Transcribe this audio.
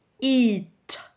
eat